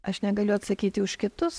aš negaliu atsakyti už kitus